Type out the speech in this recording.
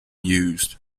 used